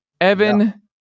Evan